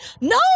No